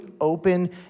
open